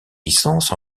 licence